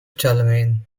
charlemagne